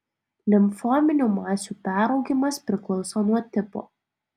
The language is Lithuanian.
limfominių masių peraugimas priklauso nuo tipo